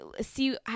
see